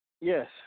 Yes